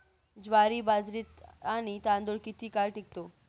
ज्वारी, बाजरी आणि तांदूळ किती काळ टिकतो?